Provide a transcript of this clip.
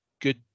good